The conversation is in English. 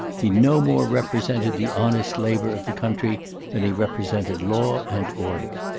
he no more represented the honest labor of the country than he represented law and order.